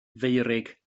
feurig